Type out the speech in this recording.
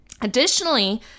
Additionally